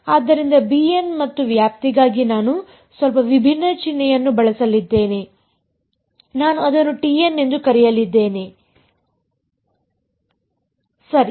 ಆದ್ದರಿಂದ bn ಮತ್ತು ವ್ಯಾಪ್ತಿಗಾಗಿ ನಾನು ಸ್ವಲ್ಪ ವಿಭಿನ್ನ ಚಿಹ್ನೆಯನ್ನು ಬಳಸಲಿದ್ದೇನೆ ನಾನು ಅದನ್ನು tn ಎಂದು ಕರೆಯಲಿದ್ದೇನೆ ಸರಿ